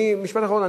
משפט אחרון,